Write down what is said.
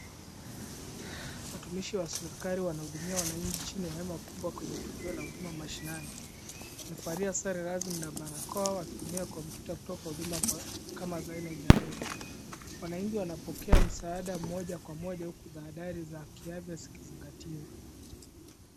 Watumishi wa serikali wanahudumia wananchi chini ya hema kubwa kwenye tukio la huduma mashinani. Wamevalia sare rasmi na barakoa wakitumia kompyuta kutoa huduma kama za NHIF. Wananchi wanapokea msaada moja kwa moja huku tahadhari za kiafya zikizingatiwa.